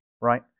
right